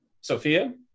Sophia